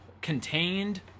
contained